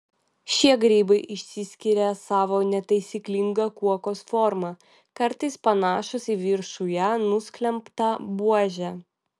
šie grybai išsiskiria savo netaisyklinga kuokos forma kartais panašūs į viršuje nusklembtą buožę